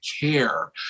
care